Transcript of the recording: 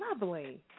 lovely